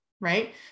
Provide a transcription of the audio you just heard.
right